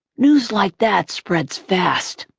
news like that spreads fast.